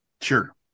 Sure